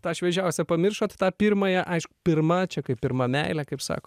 tą šviežiausią pamiršot tą pirmąją aiš pirma čia kaip pirma meilė kaip sako